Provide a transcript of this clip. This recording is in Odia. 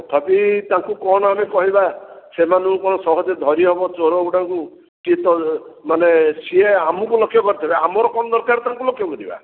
ତଥାପି ତାଙ୍କୁ କଣ ଆମେ କହିବା ସେମାନଙ୍କୁ କଣ ସହଜରେ ଧରିହବ ଚୋରଗୁଡ଼ାଙ୍କୁ କି ମାନେ ସିଏ ଆମକୁ ଲକ୍ଷ୍ୟ କରିଥିବେ ଆମର କଣ ଦରକାର ତାଙ୍କୁ ଲକ୍ଷ୍ୟ କରିବା